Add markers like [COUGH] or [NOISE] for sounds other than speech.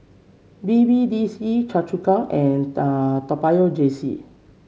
B B D C [UNINTELLIGIBLE] and [UNINTELLIGIBLE] J C